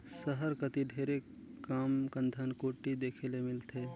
सहर कती ढेरे कम धनकुट्टी देखे ले मिलथे